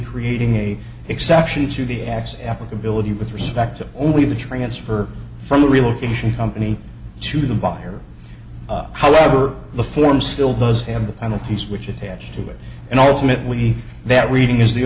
creating a exception to the acts applicability with respect to only the transfer from the relocation company to the buyer however the form still does have the penalties which attach to it and ultimately that reading is the